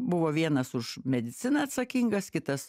buvo vienas už mediciną atsakingas kitas